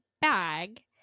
bag